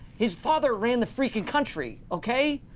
his father ran the freaking country. okay?